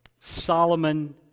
Solomon